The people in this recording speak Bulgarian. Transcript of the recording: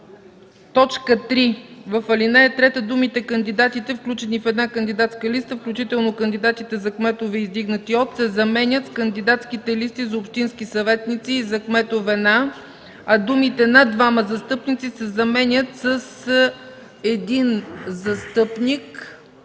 ден.” 3. В ал. 3 думите „кандидатите, включени в една кандидатска листа, включително кандидатите за кметове, издигнати от” се заменят с „кандидатските листи за общински съветници и за кметове на”, а думите „на двама застъпници” се заменят с „един застъпник”.